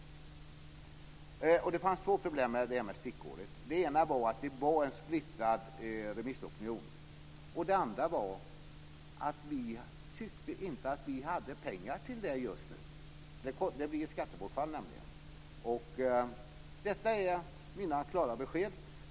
Det fanns två problem med detta med stickåret. Det ena var att det var en splittrad remissopinion. Det andra var att vi tyckte inte att det fanns tillräckligt med pengar, eftersom det innebar ett skattebortfall. Detta är mina klara besked.